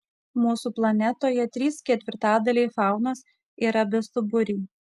mūsų planetoje trys ketvirtadaliai faunos yra bestuburiai